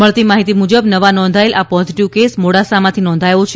મળતી માહિતી મુજબ નવા નોંધાયેલ આ પોઝિટિવ કેસ મોડાસામાંથી નોંધાયો છે